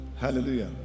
Hallelujah